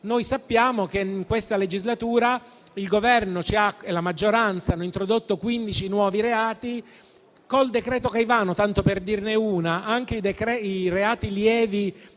Noi sappiamo che in questa legislatura il Governo e la maggioranza hanno introdotto 15 nuovi reati. Con il decreto Caivano, tanto per dirne una, anche i reati lievi